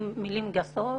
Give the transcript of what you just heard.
מילים גסות,